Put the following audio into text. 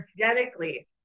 energetically